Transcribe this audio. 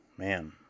Man